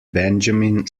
benjamin